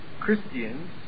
Christians